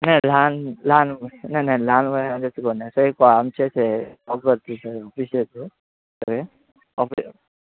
नाही लहान लहान नाही नाही लहान मुलं म्हणजे अशी कोण नाही सए पं आमचेच आहे ऑफिसचे आहेत ते सगळे ऑफिस